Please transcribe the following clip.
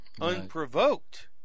unprovoked